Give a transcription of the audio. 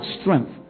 strength